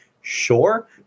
sure